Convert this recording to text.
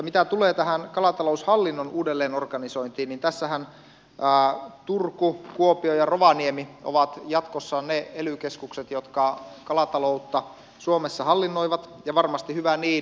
mitä tulee tähän kalataloushallinnon uudelleenorganisointiin niin tässähän turku kuopio ja rovaniemi ovat jatkossa ne ely keskukset jotka kalataloutta suomessa hallinnoivat ja varmasti hyvä niin